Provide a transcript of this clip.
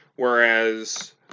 Whereas